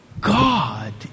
God